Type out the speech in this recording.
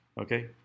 Okay